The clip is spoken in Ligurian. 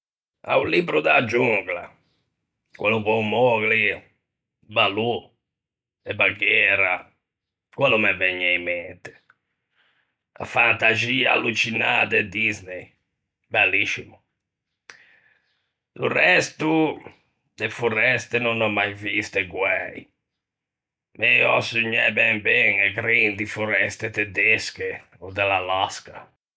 A-o libbro da jungla, quello con Mowgli, Balù e Baghera, quello me vëgne in mente, a fantaxia allucinâ de Disney, belliscimo; do resto, de foreste no n'ò mai viste guæi, ma ê ò sugnæ ben ben, e grendi foreste tedesche, ò de l'Alaska.